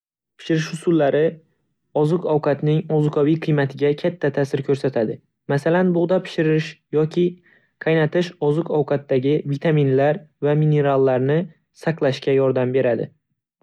Pishirish usullari oziq-ovqatning ozuqaviy qiymatiga katta ta'sir ko'rsatadi. Masalan, bug'da pishirish yoki qaynatish oziq-ovqatdagi vitaminlar va minerallarni saqlashga yordam beradi.